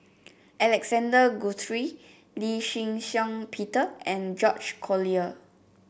Alexander Guthrie Lee Shih Shiong Peter and George Collyer